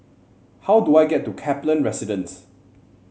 how do I get to Kaplan Residence